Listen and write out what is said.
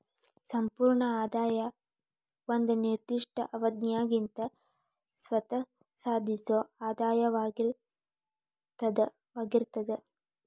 ಸಂಪೂರ್ಣ ಆದಾಯ ಒಂದ ನಿರ್ದಿಷ್ಟ ಅವಧ್ಯಾಗಿಂದ್ ಸ್ವತ್ತ ಸಾಧಿಸೊ ಆದಾಯವಾಗಿರ್ತದ